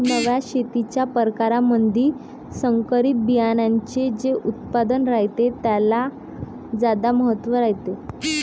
नव्या शेतीच्या परकारामंधी संकरित बियान्याचे जे उत्पादन रायते त्याले ज्यादा महत्त्व रायते